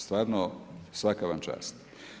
Stvarno svaka vam čast.